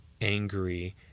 angry